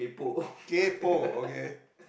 kaypo